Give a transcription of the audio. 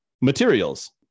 materials